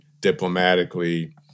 diplomatically